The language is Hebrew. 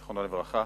זיכרונו לברכה.